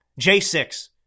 J6